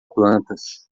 plantas